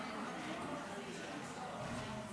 חשיפת פרטי מידע של מנוי ברשת תקשורת אלקטרונית),